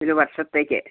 ഒരു വർഷത്തേക്ക്